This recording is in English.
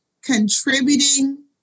contributing